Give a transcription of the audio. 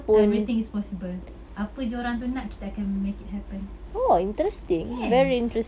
everything is possible apa jer orang tu nak kita akan make it happen kan